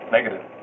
Negative